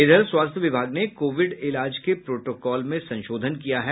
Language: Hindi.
इधर स्वास्थ्य विभाग ने कोविड इलाज के प्रोटोकॉल में संशोधन किया है